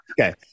Okay